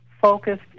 focused